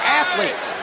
athletes